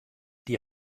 die